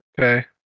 Okay